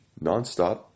nonstop